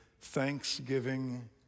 Thanksgiving